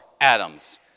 Adams